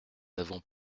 n’avons